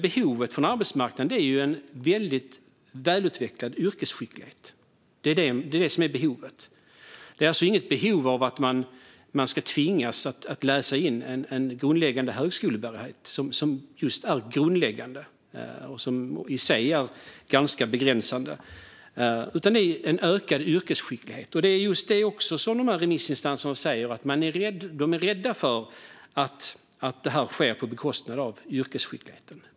Behovet från arbetsmarknaden är ju en väldigt välutvecklad yrkesskicklighet. Det finns alltså inget behov av att man ska tvingas att läsa in en grundläggande högskolebehörighet, som är just grundläggande och som i sig är ganska begränsande, utan behovet rör en ökad yrkesskicklighet. Det är också det som remissinstanserna säger - de är rädda för att detta sker på bekostnad av yrkesskickligheten.